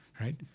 right